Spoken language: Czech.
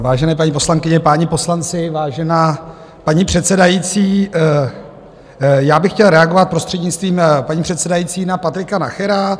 Vážené paní poslankyně, páni poslanci, vážená paní předsedající, já bych chtěl reagovat, prostřednictvím paní předsedající, na Patrika Nachera.